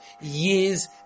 years